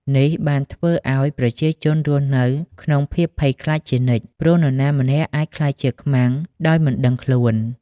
នេះបានធ្វើឱ្យប្រជាជនរស់នៅក្នុងភាពភ័យខ្លាចជានិច្ច ព្រោះនរណាម្នាក់អាចក្លាយជាខ្មាំងដោយមិនដឹងខ្លួន។